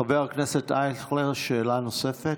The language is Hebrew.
חבר הכנסת אייכלר, שאלה נוספת.